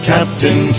Captain